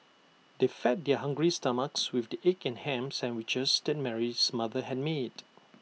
they fed their hungry stomachs with the egg and Ham Sandwiches that Mary's mother had made